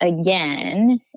again